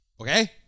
Okay